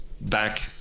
back